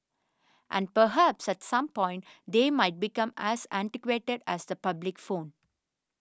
and perhaps at some point they might become as antiquated as the public phone